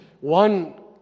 one